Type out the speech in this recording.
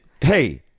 Hey